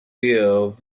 bear